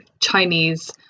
Chinese